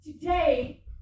today